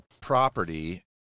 property